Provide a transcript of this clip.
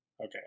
Okay